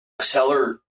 seller